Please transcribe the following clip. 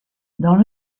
dans